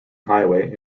highway